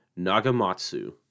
Nagamatsu